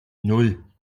nan